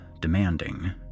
demanding